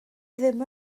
ddim